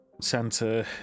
santa